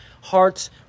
hearts